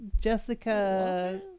Jessica